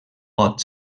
pot